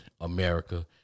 America